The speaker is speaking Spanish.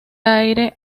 aire